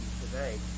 today